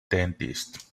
dentist